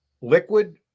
liquid